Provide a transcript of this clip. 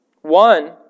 One